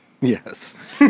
Yes